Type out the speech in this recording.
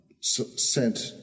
sent